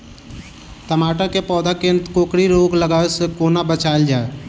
टमाटर केँ पौधा केँ कोकरी रोग लागै सऽ कोना बचाएल जाएँ?